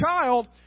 child